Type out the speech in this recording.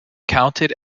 counted